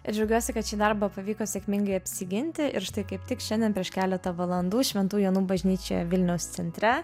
ir džiaugiuosi kad šį darbą pavyko sėkmingai apsiginti ir štai kaip tik šiandien prieš keletą valandų šventų jonų bažnyčioje vilniaus centre